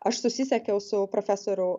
aš susisiekiau su profesoriu